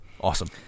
Awesome